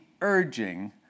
urging